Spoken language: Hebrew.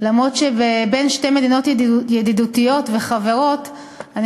גם אם בין שתי מדינות ידידות וחברות אני